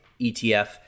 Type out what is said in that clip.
ETF